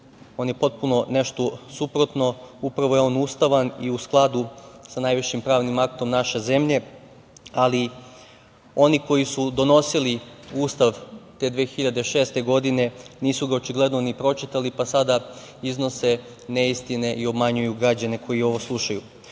On je potpuno nešto suprotno, upravo je on ustavan i u skladu sa najvišim pravnim aktom naše zemlje, ali oni koji su donosili Ustav te 2006. godine nisu ga očigledno ni pročitali, pa sada iznose neistine i obmanjuju građane koji ovo slušaju. Što